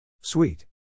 Sweet